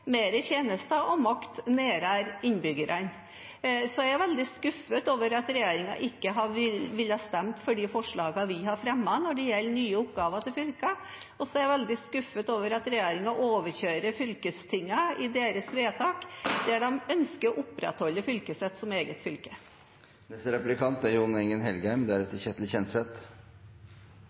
flere tjenester og mer makt nærmere innbyggerne. Jeg er veldig skuffet over at regjeringen ikke har villet stemme for de forslagene vi har fremmet når det gjelder nye oppgaver til fylkene, og så er jeg veldig skuffet over at regjeringen overkjører fylkestingenes vedtak der de ønsker å opprettholde fylket sitt som eget fylke. Ut ifra innlegget kan det virke som at Senterpartiet er